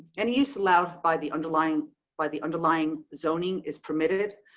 any use allowed by the underlying by the underlying zoning is permitted.